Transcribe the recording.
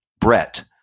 Brett